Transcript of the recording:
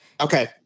Okay